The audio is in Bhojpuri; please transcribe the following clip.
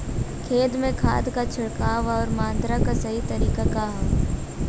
खेत में खाद क छिड़काव अउर मात्रा क सही तरीका का ह?